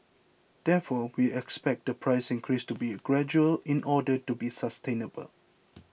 therefore we expect the price increase to be gradual in order to be sustainable